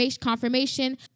confirmation